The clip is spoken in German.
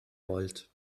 volt